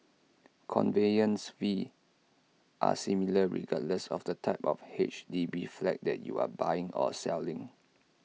conveyance fees are similar regardless of the type of H D B flat that you are buying or selling